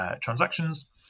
transactions